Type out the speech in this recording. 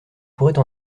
pourrait